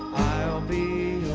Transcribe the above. i'll be